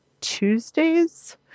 Tuesdays